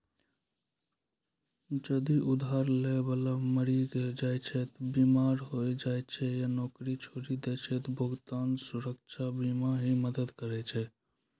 जदि उधार लै बाला मरि जाय छै या बीमार होय जाय छै या नौकरी छोड़ि दै छै त भुगतान सुरक्षा बीमा ही मदद करै छै